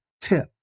tip